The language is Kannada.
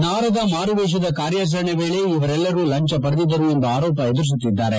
ನಾರದ ಮಾರುವೇಶದ ಕಾರ್ಯಾಚರಣೆ ವೇಳೆ ಇವರೆಲ್ಲರೂ ಲಂಚ ಪಡೆದಿದ್ದರು ಎಂಬ ಆರೋಪ ಎದುರಿಸುತ್ತಿದ್ದಾರೆ